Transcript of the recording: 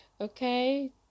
okay